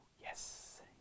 yes